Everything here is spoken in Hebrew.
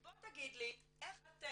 בוא תגיד לי איך אתם,